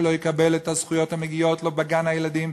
שלא יקבל את הזכויות המגיעות לו בגן-הילדים,